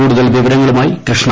കൂടുതൽ വിവരങ്ങളുമായി കൃഷ്ണ